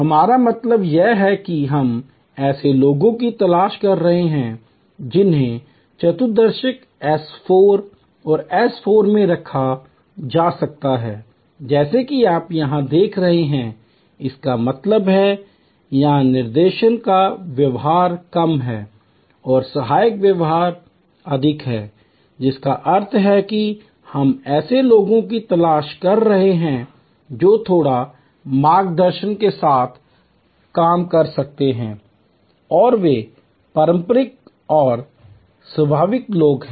हमारा मतलब यह है कि हम ऐसे लोगों की तलाश कर रहे हैं जिन्हें इस चतुर्थांश S 4 और S 4 में रखा जा सकता है जैसा कि आप यहाँ देख रहे हैं इसका मतलब है जहां निर्देशन का व्यवहार कम है और सहायक व्यवहार अधिक है जिसका अर्थ है कि हम ऐसे लोगों की तलाश कर रहे हैं जो थोड़े मार्गदर्शन के साथ काम कर सकते हैं और वे परिपक्व और स्वायत्त लोग हैं